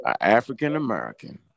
African-American